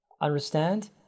Understand